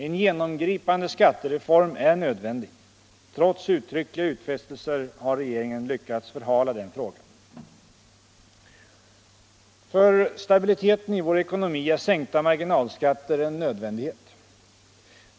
En genomgripande skattereform är nödvändig. Trots uttryckliga utfästelser har regeringen lyckats förhala den frågan. För stabiliteten i vår ekonomi är sänkta marginalskatter en nödvändighet.